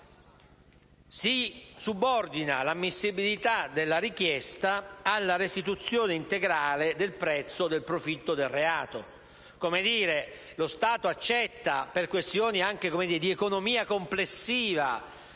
subordina l'ammissibilità della richiesta alla restituzione integrale del prezzo o del profitto del reato.